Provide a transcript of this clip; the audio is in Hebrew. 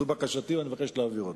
זאת בקשתי ואני מבקש להעביר אותה.